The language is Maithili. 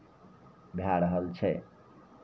भए रहल छै